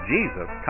Jesus